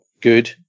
good